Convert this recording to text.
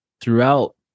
Throughout